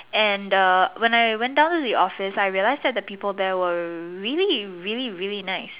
and err when I went down to the office I realised that the people there were really really really nice